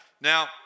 Now